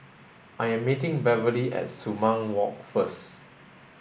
I am meeting Beverley at Sumang Walk first